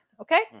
okay